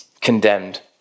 condemned